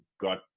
got